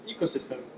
ecosystem